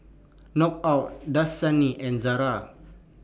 Knockout Dasani and Zara